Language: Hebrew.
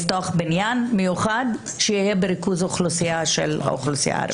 לפתוח בניין מיוחד בריכוז האוכלוסייה הערבית.